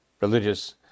religious